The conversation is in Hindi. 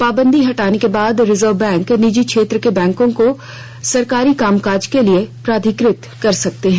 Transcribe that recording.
पाबंदी हटाने के बाद रिजर्व बैंक निजी क्षेत्र के बैंकों को सरकारी कामकाज के लिए प्राधिकृत कर सकता है